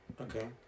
Okay